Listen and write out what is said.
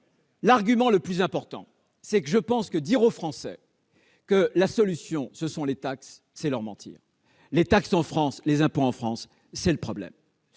l'argument le plus important, c'est que je pense que dire aux Français que la solution, ce sont les taxes, c'est leur mentir les taxes en France les impôts en France, c'est le problème